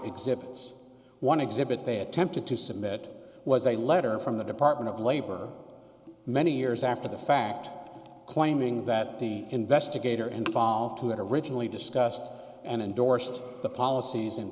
exhibits one exhibit they attempted to submit was a letter from the department of labor many years after the fact claiming that the investigator involved who had originally discussed and endorsed the policies